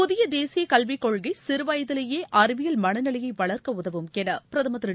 புதிய தேசிய கல்வி கொள்கை சிறுவயதிலேயே அறிவியல் மனநிலையை வளர்க்க உதவும் என பிரதமர் திரு